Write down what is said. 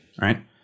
right